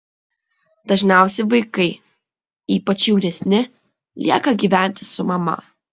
dažniausiai vaikai ypač jaunesni lieka gyventi su mama